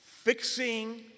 Fixing